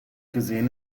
gesehen